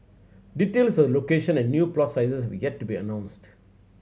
details of location and new plot sizes have yet to be announced